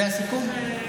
זה הסיכום?